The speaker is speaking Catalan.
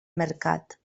mercat